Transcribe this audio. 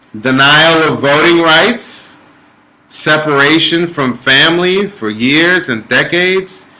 denial of voting rights separation from family for years and decades